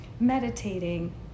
meditating